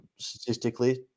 Statistically